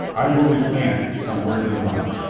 i will recant some words of mine.